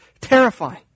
terrifying